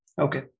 okay